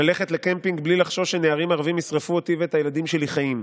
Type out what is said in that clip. ללכת לקמפינג בלי לחשוש שנערים ערבים ישרפו אותי ואת הילדים שלי חיים.